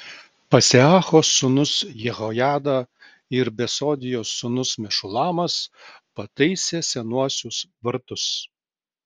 paseacho sūnus jehojada ir besodijos sūnus mešulamas pataisė senuosius vartus